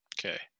Okay